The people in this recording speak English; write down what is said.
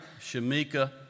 Shamika